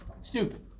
stupid